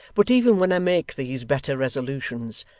but even when i make these better resolutions,